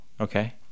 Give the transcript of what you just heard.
okay